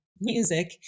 music